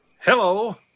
Hello